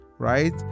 Right